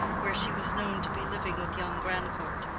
where she was known to be living with young grandcourt.